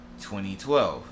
2012